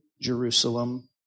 Jerusalem